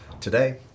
today